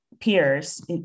peers